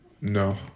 No